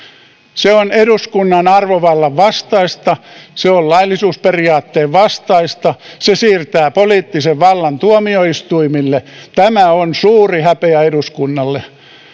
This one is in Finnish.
se on eduskunnan arvovallan vastaista se on laillisuusperiaatteen vastaista se siirtää poliittisen vallan tuomioistuimille tämä on suuri häpeä eduskunnalle